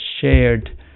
shared